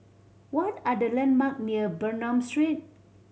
what are the landmark near Bernam Street